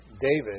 David